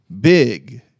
big